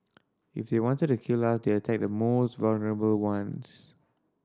if they wanted to kill us they attack the most vulnerable ones